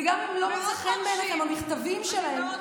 וגם אם לא מוצא חן בעיניכם המכתבים שלהם,